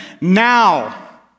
now